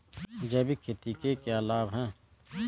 जैविक खेती के क्या लाभ हैं?